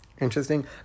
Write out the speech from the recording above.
interesting